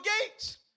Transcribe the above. gates